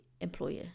employer